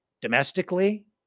domestically